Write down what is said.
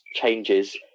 changes